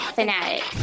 Fanatic